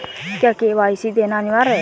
क्या के.वाई.सी देना अनिवार्य है?